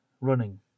running